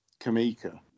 Kamika